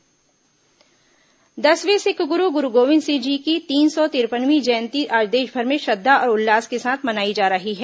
गुरू गोविंद सिंह जयंती दसवें सिख गुरु गुरू गोविन्द सिंह जी की तीन सौ तिरपनवीं जयंती आज देशभर में श्रद्धा और उल्लास के साथ मनाई जा रही है